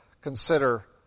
consider